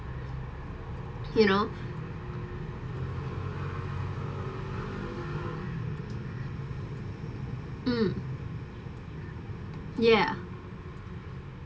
you know mm ya